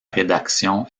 rédaction